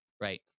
right